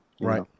Right